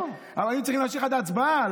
היינו צריכים להמשיך עד ההצבעה.